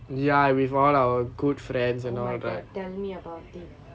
oh my god tell me about it